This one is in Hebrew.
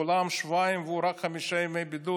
כולם שבועיים והוא רק חמישה ימי בידוד,